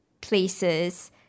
places